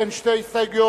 שהן שתי הסתייגויות.